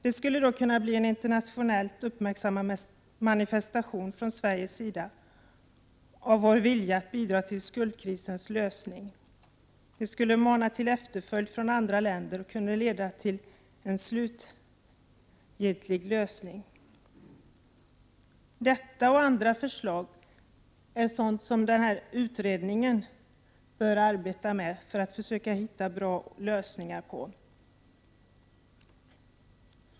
Detta skulle bli en internationellt uppmärksammad manifestation från Sveriges sida av vår vilja att bidra till skuldkrisens lösning. Det skulle mana till efterföljd från andra länder och kunna leda till en slutgiltig lösning. Detta och andra förslag är frågor som den föreslagna utredningen skulle kunna arbeta med och hitta bra lösningar på.